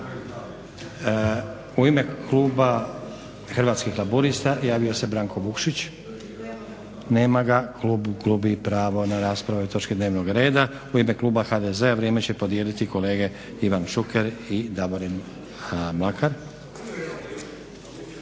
U ime Kluba Hrvatskih laburista javio se Branko Vukšić. …/Upadica: Nema ga./… Nema ga. Klub gubi pravo na raspravu po ovoj točki dnevnog reda. U ime Kluba HDZ-a vrijeme će podijeliti kolege Ivan Šuker i Davorin Mlakar.